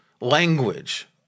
language